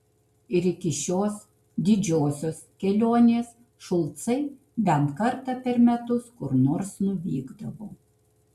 ir iki šios didžiosios kelionės šulcai bent kartą per metus kur nors nuvykdavo